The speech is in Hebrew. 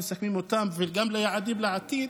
מסכמים איתם גם יעדים לעתיד,